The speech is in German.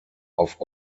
auf